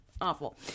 Awful